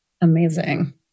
Amazing